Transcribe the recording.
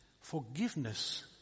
forgiveness